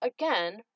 again